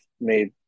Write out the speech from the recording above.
made